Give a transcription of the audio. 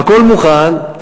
והכול מוכן,